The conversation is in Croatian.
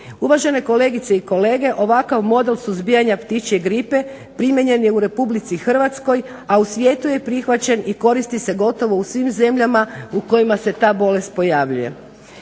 Uvažene kolegice i kolege, ovakav model suzbijanja ptičje gripe primijenjen je u Republici Hrvatskoj, a u svijetu je prihvaćen i koristi se gotovo u svim zemljama u kojima se ta bolest pojavljuje.